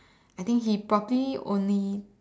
I think he probably only